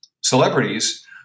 celebrities